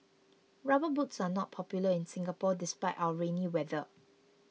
rubber boots are not popular in Singapore despite our rainy weather